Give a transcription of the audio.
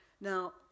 Now